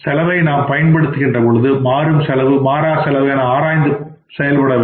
செலவை நாம் பயன்படுத்துகின்ற போது மாறும் செலவு மாறா செலவு என ஆராய்ந்து செயல்பட வேண்டும்